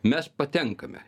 mes patenkame